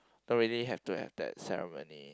don't really have to have that ceremony